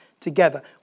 together